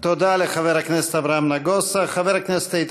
תודה לחבר הכנסת אברהם נגוסה.